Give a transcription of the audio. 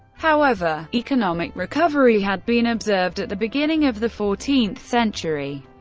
however, economic recovery had been observed at the beginning of the fourteenth century.